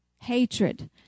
Hatred